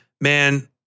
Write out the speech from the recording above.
man